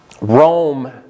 Rome